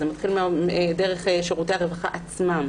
מתחיל דרך שרותי הרווחה עצמם.